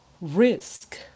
risk